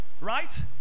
right